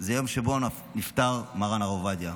זה היום שבו נפטר מרן הרב עובדיה,